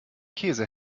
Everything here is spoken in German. käse